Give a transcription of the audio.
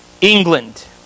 England